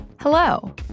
Hello